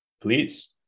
Please